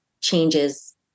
changes